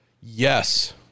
yes